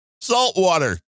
saltwater